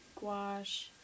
gouache